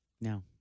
No